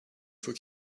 for